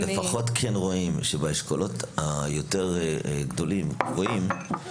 לפחות כן רואים שבאשכולות היותר גבוהים גם